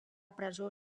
presó